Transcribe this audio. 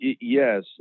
yes